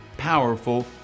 powerful